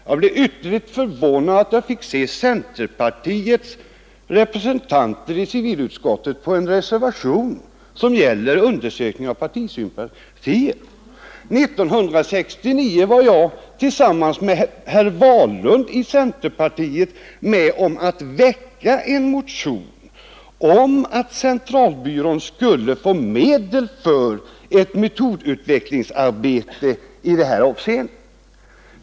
Jag blev helt konfunderad när jag fick se centerpartiets representanter i civilutskottet på en reservation som gäller undersökning av partisympatier. 1969 var jag tillsammans med bl.a. herr Wahlund i centerpartiet med om att väcka en motion om att centralbyrån skulle få medel för ett metodutvecklingsarbete i det här avseendet.